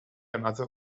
another